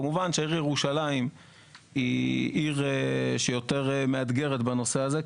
כמובן שהעיר ירושלים היא עיר שהיא יותר מאתגרת בנושא הזה,